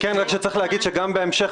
תעבירו אותם לבאר